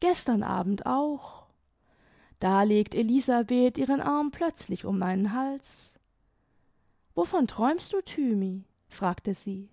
gestern abend auch da legt elisabeth ihren arm plötzlich um meinen hals wovon träumst du thymi fragte sie